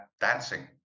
dancing